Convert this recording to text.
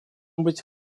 быть